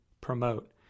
promote